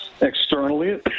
externally